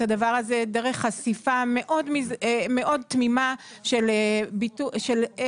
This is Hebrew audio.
הדבר הזה דרך חשיפה מאוד תמימה של סיפור,